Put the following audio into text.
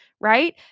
right